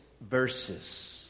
verses